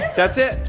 that's it.